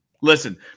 Listen